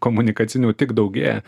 komunikacinių tik daugėja